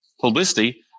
publicity